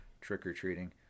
trick-or-treating